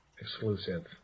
exclusive